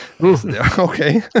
okay